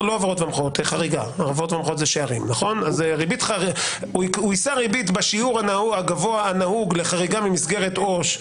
אז הוא יישא ריבית בשיעור הגבוה הנהוג לחריגה ממסגרת עו"ש,